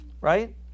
Right